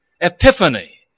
epiphany